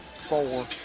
four